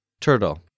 Turtle